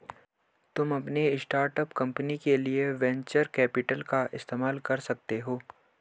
तुम अपनी start up company के लिए वेन्चर कैपिटल का इस्तेमाल कर सकते हो